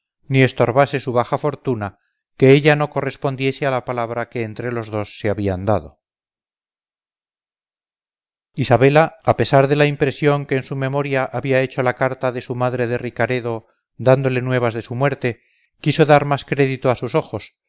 ni estorbase su baja fortuna que ella no correspondiese a la palabra que entre los dos se habían dado isabela a pesar de la impresión que en su memoria había hecho la carta de su madre de ricaredo dándole nuevas de su muerte quiso dar más crédito a sus ojos